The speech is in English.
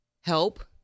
help